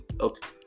okay